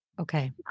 Okay